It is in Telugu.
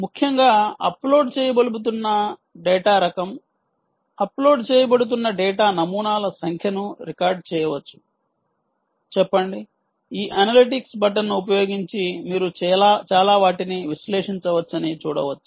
ముఖ్యంగా అప్లోడ్ చేయబడుతున్న డేటా రకం అప్లోడ్ చేయబడుతున్న డేటా నమూనాల సంఖ్యను రికార్డ్ చేయవవచ్చు చెప్పండి ఈ అనలిటిక్స్ బటన్ను ఉపయోగించి మీరు చాలా వాటిని విశ్లేషించవచ్చని చూడవచ్చు